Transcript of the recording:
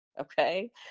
Okay